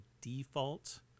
default